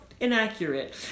inaccurate